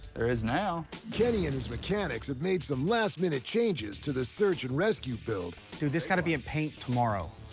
there is now. kenny and his mechanics have made some last-minute changes to the search and rescue build. dude, this has gotta be at paint tomorrow.